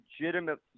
legitimate